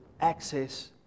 access